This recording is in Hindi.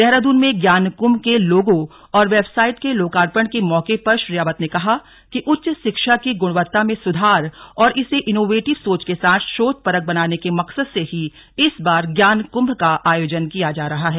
देहरादून में ज्ञान कुंम के लोगो और वेबसाइट के लोकार्पण के मौके पर श्री रावत ने कहा कि उच्च शिक्षा की गुणवत्ता में सुधार और इसे इनोवेटिव सोच के साथ शोधपरख बनाने के मकसद से ही इस बार ज्ञान कुंभ का आयोजन किया जा रहा है